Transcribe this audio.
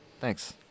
Thanks